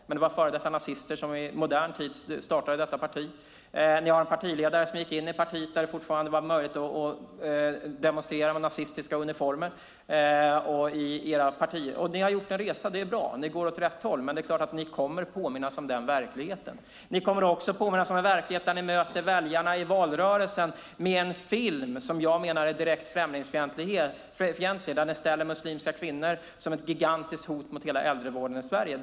Men det var före detta nazister som i modern tid startade detta parti. Ni har en partiledare som gick in i partiet när det fortfarande var möjligt att demonstrera i nazistiska uniformer. Ni har gjort en resa, och det är bra. Ni går åt rätt håll. Men det är klart att ni kommer att påminnas om denna verklighet. Ni kommer också att påminnas om en verklighet där ni möter väljarna i valrörelsen med en film som jag menar är direkt främlingsfientlig, där ni framställer muslimska kvinnor som ett gigantiskt hot mot hela äldrevården i Sverige.